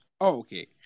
Okay